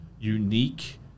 unique